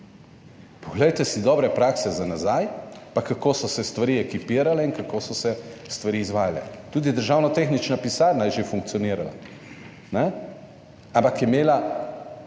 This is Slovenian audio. Poglejte si dobre prakse za nazaj, pa kako so se stvari ekipirale in kako so se stvari izvajale. Tudi Državna tehnična pisarna je že funkcionirala, ampak je imela